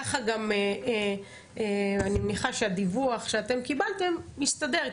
ככה גם אני מניחה שהדיווח שאתם קיבלתם יסתדר.